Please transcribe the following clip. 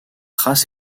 race